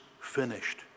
finished